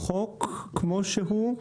בחוק כמו שהוא,